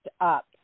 up